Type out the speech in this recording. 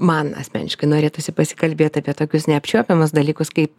man asmeniškai norėtųsi pasikalbėt apie tokius neapčiuopiamus dalykus kaip